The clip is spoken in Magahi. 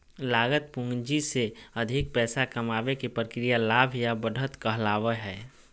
लागत पूंजी से अधिक पैसा कमाबे के प्रक्रिया लाभ या बढ़त कहलावय हय